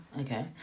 okay